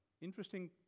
Interesting